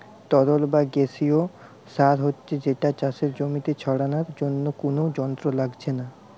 তরল বা গেসিও সার হচ্ছে যেটা চাষের জমিতে ছড়ানার জন্যে কুনো যন্ত্র লাগছে না